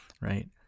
Right